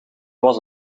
was